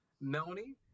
Melanie